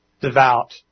devout